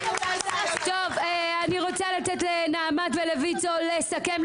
אני רוצה לתת לנעמ"ת ולויצו לסכם,